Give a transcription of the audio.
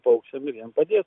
paukščiam ir jiem padėt